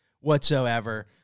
whatsoever